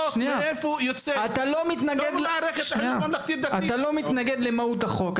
אתה לא מתנגד למהות החוק.